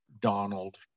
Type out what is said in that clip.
Donald